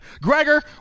gregor